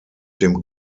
dem